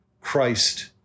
Christ